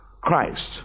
Christ